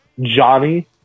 Johnny